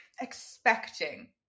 expecting